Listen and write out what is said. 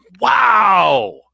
wow